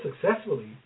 successfully